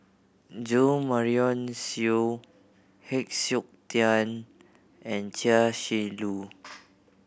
Jo Marion Seow Heng Siok Tian and Chia Shi Lu